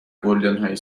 گلدانهای